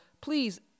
please